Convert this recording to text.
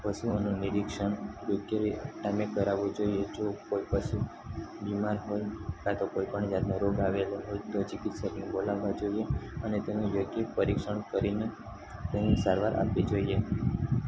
પશુઓનું નિરીક્ષણ યોગ્ય રી ટાઈમે કરાવવું જોઈએ જો કોઈ પશુ બીમાર હોય કાંતો કોઈપણ જાતનો રોગ આવેલો હોય તો ચિકિત્સકને બોલાવવા જોઈએ અને તેનું યોગ્ય પરીક્ષણ કરીને તેની સારવાર આપવી જોઈએ